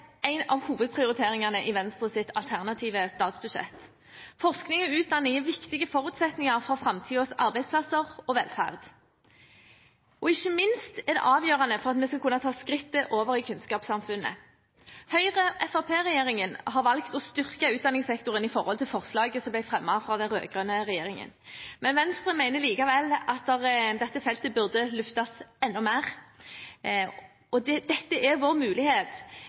en av hovedprioriteringene i Venstres alternative statsbudsjett. Forskning og utdanning er viktige forutsetninger for framtidens arbeidsplasser og velferd. Ikke minst er det avgjørende for at vi skal kunne ta skrittet over i kunnskapssamfunnet. Høyre–Fremskrittsparti-regjeringen har valgt å styrke utdanningssektoren i forhold til forslaget som ble fremmet fra den rød-grønne regjeringen. Venstre mener likevel at dette feltet burde løftes enda mer. Dette er vår mulighet